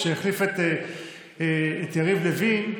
כשהוא החליף את יריב לוין,